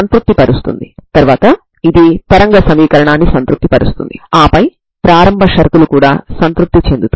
non zero పరిష్కారాన్ని పొందడానికి ఇది సంతృప్తి చెందాలి